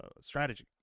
strategy